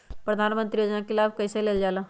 प्रधानमंत्री योजना कि लाभ कइसे लेलजाला?